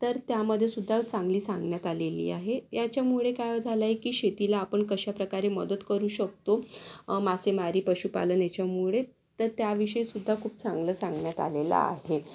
तर त्यामध्ये सुद्धा चांगली सांगण्यात आलेली आहे याच्यामुळे काय झालं आहे की शेतीला आपण कशा प्रकारे मदत करू शकतो मासेमारी पशुपालनाच्यामुळे तर त्याविषयी सुद्धा खूप चांगलं सांगण्यात आलेलं आहे